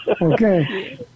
Okay